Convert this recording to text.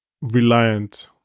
reliant